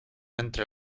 entre